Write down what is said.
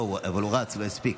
אבל הוא רץ והספיק.